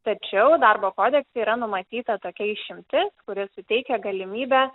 tačiau darbo kodekse yra numatyta tokia išimtis kuri suteikia galimybę